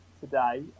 today